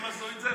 הם עשו את זה.